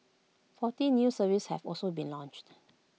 forty new services have also been launched